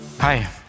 Hi